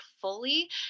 fully